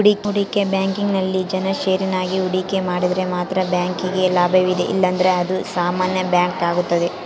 ಹೂಡಿಕೆ ಬ್ಯಾಂಕಿಂಗ್ನಲ್ಲಿ ಜನ ಷೇರಿನಾಗ ಹೂಡಿಕೆ ಮಾಡಿದರೆ ಮಾತ್ರ ಬ್ಯಾಂಕಿಗೆ ಲಾಭವಿದೆ ಇಲ್ಲಂದ್ರ ಇದು ಸಾಮಾನ್ಯ ಬ್ಯಾಂಕಾಗುತ್ತದೆ